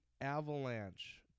Avalanche